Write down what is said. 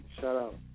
shout-out